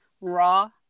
raw